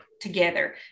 together